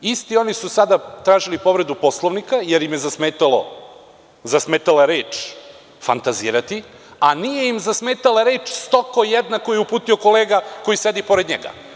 Isti oni su sada tražili povredu Poslovnika jer im je zasmetala reč „fantazirati“, a nije im zasmetala reč „stoko jedna“, koju je uputio kolega koji je sedeo pored njega.